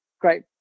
great